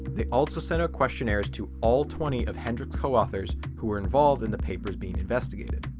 they also sent out questionnaires to all twenty of hendrik's co-authors who were involved in the papers being investigated.